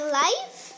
life